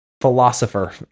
philosopher